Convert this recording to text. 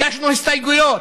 הגשנו הסתייגויות.